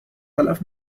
تلف